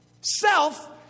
Self